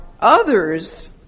others